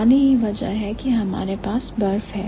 पानी वजह है कि हमारे पास बर्फ है